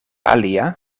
alia